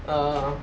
uh